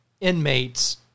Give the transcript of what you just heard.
inmates